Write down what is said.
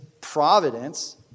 providence